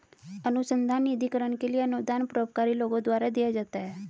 अनुसंधान निधिकरण के लिए अनुदान परोपकारी लोगों द्वारा दिया जाता है